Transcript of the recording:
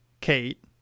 Kate